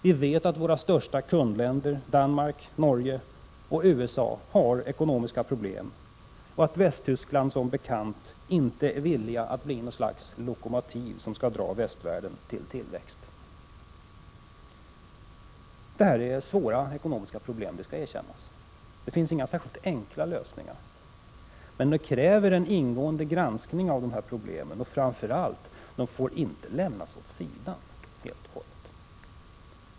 Vi vet att våra största kundländer — Danmark, Norge och USA — har ekonomiska problem och att Västtyskland som bekant inte är villigt att bli något slags lokomotiv som skall dra västvärlden till tillväxt. Detta är svåra ekonomiska problem, det skall erkännas. Det finns inga särskilt enkla lösningar, men det krävs en ingående granskning av detta problem och det får framför allt inte lämnas åt sidan helt och hållet.